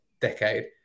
decade